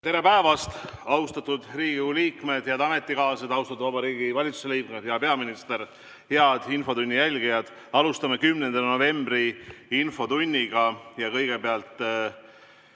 Tere päevast, austatud Riigikogu liikmed! Head ametikaaslased! Austatud Vabariigi Valitsuse liikmed! Hea peaminister! Head infotunni jälgijad! Alustame 10. novembri infotundi ja kõigepealt